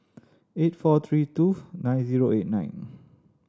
eight four three two nine zero eight nine